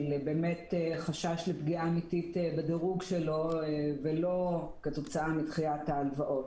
של באמת חשש לפגיעה אמיתית בדירוג שלו ולא כתוצאה מדחיית ההלוואות.